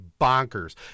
bonkers